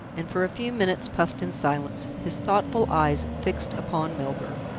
and for a few minutes puffed in silence, his thoughtful eyes fixed upon milburgh.